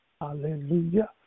Hallelujah